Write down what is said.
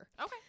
Okay